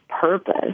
purpose